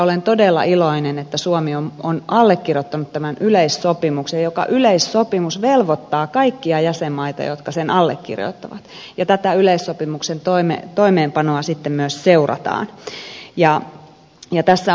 olen todella iloinen että suomi on allekirjoittanut tämän yleissopimuksen joka yleissopimus velvoittaa kaikkia jäsenmaita jotka sen allekirjoittavat ja tätä yleissopimuksen toimeenpanoa sitten myös seurataan